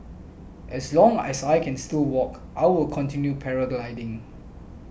as long as I can still walk I will continue paragliding